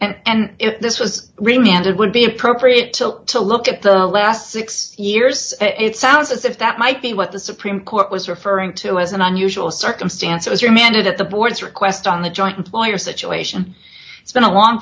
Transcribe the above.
years and if this was really and it would be appropriate to to look at the last six years it sounds as if that might be what the supreme court was referring to as an unusual circumstance it was remanded at the board's request on the joint employer situation it's been a long